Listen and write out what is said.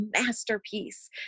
masterpiece